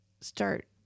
start